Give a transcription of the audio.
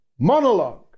monologue